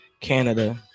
Canada